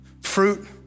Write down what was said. fruit